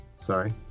Sorry